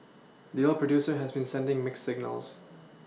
the oil producer has been sending mixed signals